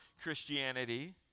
Christianity